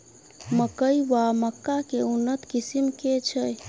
मकई वा मक्का केँ उन्नत किसिम केँ छैय?